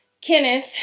Kenneth